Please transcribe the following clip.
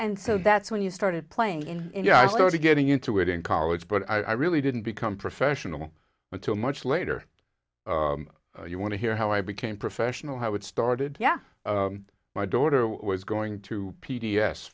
so that's when you started playing in yeah i started getting into it in college but i really didn't become professional until much later you want to hear how i became professional how it started yeah my daughter was going to p d s